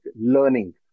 learning